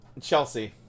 Chelsea